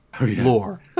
lore